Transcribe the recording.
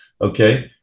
Okay